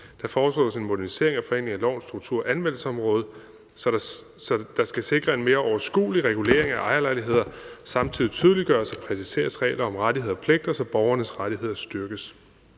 Der foreslås en modernisering og forenkling af lovens struktur og anvendelsesområde, der skal sikre en mere overskuelig regulering af ejerlejligheder. Samtidig tydeliggøres og præciseres regler om rettigheder og pligter, så borgernes rettigheder styrkes.